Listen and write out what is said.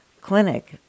clinic